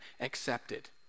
accepted